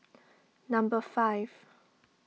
number five